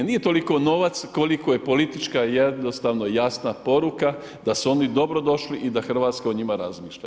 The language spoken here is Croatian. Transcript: Nije toliko novac koliko je politička jednostavno jasna poruka da su oni dobrodošli i da Hrvatska o njima razmišlja.